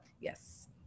yes